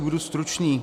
Budu stručný.